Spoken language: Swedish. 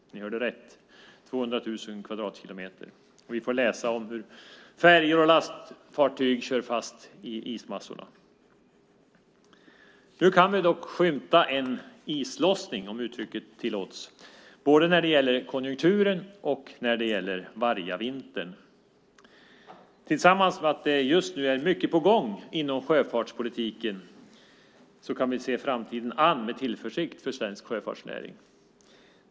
Ni hörde rätt - 200 000 kvadratkilometer! Vi får läsa om hur färjor och lastfartyg kör fast i ismassorna. Nu kan vi dock skymta en islossning, om uttrycket tillåts, både när det gäller konjunkturen och när det gäller vargavintern. Detta tillsammans med att det just nu är mycket på gång inom sjöfartspolitiken gör att vi kan se framtiden an med tillförsikt för svensk sjöfartsnäring.